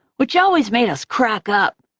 which always made us crack up.